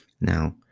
Now